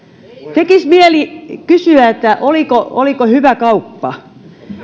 tekisi mieli kysyä oliko oliko hyvä kauppa